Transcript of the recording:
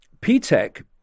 P-TECH